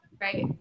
Right